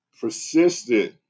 persistent